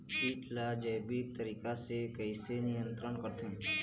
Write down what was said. कीट ला जैविक तरीका से कैसे नियंत्रण करथे?